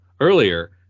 earlier